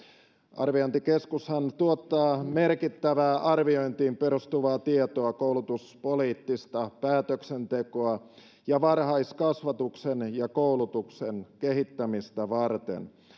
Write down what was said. arviointikeskushan tuottaa merkittävää arviointiin perustuvaa tietoa koulutuspoliittista päätöksentekoa ja varhaiskasvatuksen ja koulutuksen kehittämistä varten